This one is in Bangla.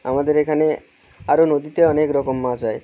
আমাদের এখানে আরও নদীতে অনেক রকম মাছ হয়